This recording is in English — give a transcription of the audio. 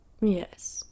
Yes